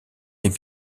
les